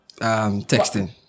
texting